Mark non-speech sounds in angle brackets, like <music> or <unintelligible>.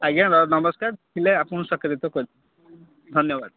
ଆଜ୍ଞା ନମସ୍କାର ଥିଲେ <unintelligible> ଧନ୍ୟବାଦ